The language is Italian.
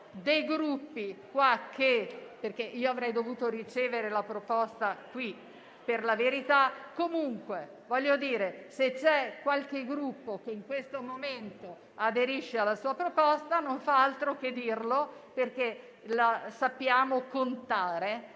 qui siamo in Aula. Io avrei dovuto ricevere la proposta qui, per la verità. Comunque, se c'è qualche Gruppo che in questo momento aderisce alla sua proposta, non deve far altro che dirlo perché sappiamo contare